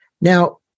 Now